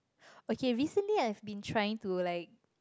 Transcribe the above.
okay recently I have been trying to like